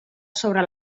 sobre